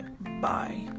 Bye